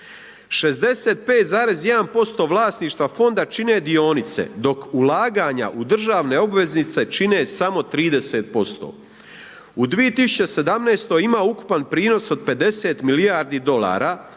65,1% vlasništva fonda čine dionice dok ulaganja u državne obveznice čine samo 30%. U 2017. ima ukupan prinos od 50 milijardi dolara